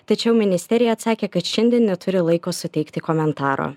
tačiau ministerija atsakė kad šiandien neturi laiko suteikti komentaro